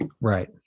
Right